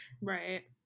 Right